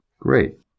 Great